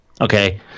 Okay